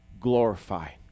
Glorified